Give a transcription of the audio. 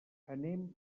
anem